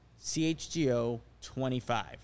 CHGO25